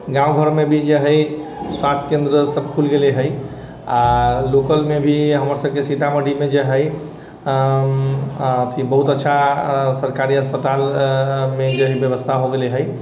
गाँव घरमे भी जे हइ स्वास्थ्य केन्द्र सभ खुल गेलै हइ आ लोकल मे भी हमर सभके सीतामढ़ीमे जे हइ बहुत अच्छा सरकारी अस्पतालमे जे हइ व्यवस्था हो गेलै हइ